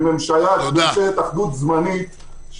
בממשלת אחדות זמנית,